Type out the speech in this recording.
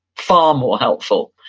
far more helpful.